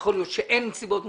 יכול להיות שאין סיבות מוצדקות,